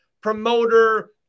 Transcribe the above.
promoter